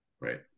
Right